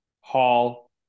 Hall